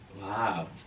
Wow